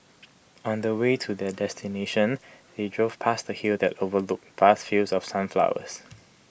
on the way to their destination they drove past A hill that overlooked vast fields of sunflowers